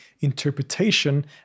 interpretation